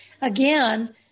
again